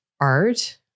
art